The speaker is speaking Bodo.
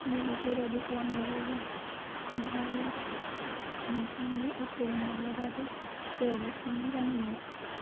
बि बेफोरबायदि खालामबावोबा आं आरो नोंथांनि अट'जों माब्लाबो जेरावबो थांनाय जानाय नंला